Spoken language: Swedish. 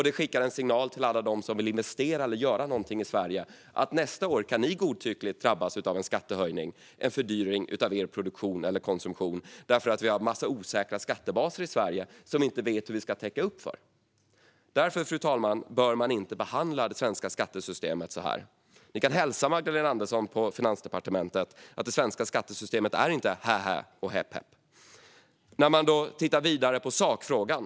Det skickar även en signal till alla dem som vill göra en investering eller något annat i Sverige att de nästa år godtyckligt kan drabbas av en skattehöjning eller en fördyring av sin produktion eller konsumtion på grund av att vi i Sverige har en massa osäkra skattebaser som vi inte vet hur vi ska täcka. Fru talman! Av dessa skäl bör man inte behandla det svenska skattesystemet så här. Ni kan hälsa Magdalena Andersson på Finansdepartementet att det svenska skattesystemet inte är hähä och häpp häpp. Låt oss titta lite mer på sakfrågan.